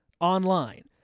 Online